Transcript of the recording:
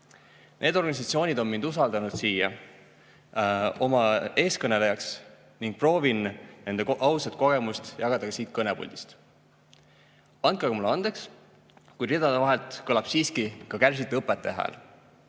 Need organisatsioonid on mind usaldanud siia oma eestkõnelejaks ning proovin nende ausat kogemust jagada ka siit kõnepuldist. Andke mulle andeks, kui ridade vahelt kõlab siiski ka kärsitu õpetaja hääl.